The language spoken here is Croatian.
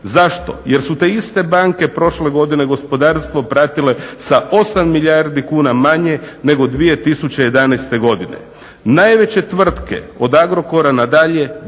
Zašto? Jer su te iste banke prošle godine gospodarstvo pratile sa 8 milijardi kuna manje nego 2011. godine. Najveće tvrtke od Agrokora na dalje